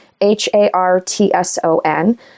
H-A-R-T-S-O-N